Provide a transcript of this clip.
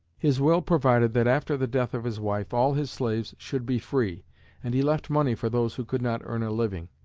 his will provided that, after the death of his wife, all his slaves should be free and he left money for those who could not earn a living.